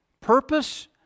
purpose